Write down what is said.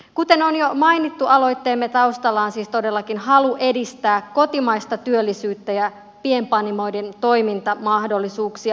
kuten on jo mainittu aloitteemme taustalla on siis todellakin halu edistää kotimaista työllisyyttä ja pienpanimoiden toimintamahdollisuuksia